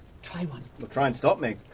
try one! but try and stop me!